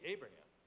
Abraham